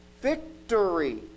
victory